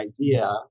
idea